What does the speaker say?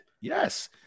Yes